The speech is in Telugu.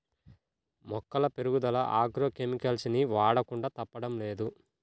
మొక్కల పెరుగుదల ఆగ్రో కెమికల్స్ ని వాడకుండా తప్పడం లేదు